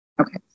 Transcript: Okay